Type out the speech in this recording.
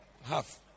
half